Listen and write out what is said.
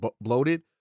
bloated